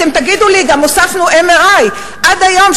אתם גם תגידו לי: גם הוספנו MRI. עד היום,